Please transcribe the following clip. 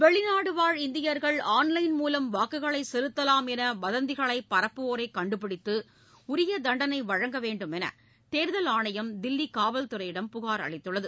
வெளிநாடு வாழ் இந்தியர்கள் ஆன்லைள் மூலம் வாக்குகளை செலுத்தலாம் என்று வதந்திகளை பரப்புவோரை கண்டுபிடித்து உரிய தண்டனை வழங்க வேண்டும் என்று தேர்தல் ஆணையம் தில்லி காவல்துறையிடம் புகார் அளித்துள்ளது